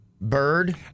Bird